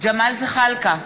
ג'מאל זחאלקה,